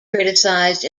criticized